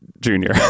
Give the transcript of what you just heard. Junior